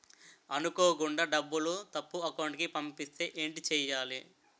అనుకోకుండా డబ్బులు తప్పు అకౌంట్ కి పంపిస్తే ఏంటి చెయ్యాలి?